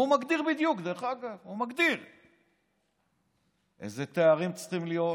והוא מגדיר בדיוק איזה תארים צריכים להיות.